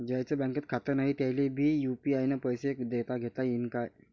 ज्याईचं बँकेत खातं नाय त्याईले बी यू.पी.आय न पैसे देताघेता येईन काय?